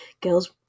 girls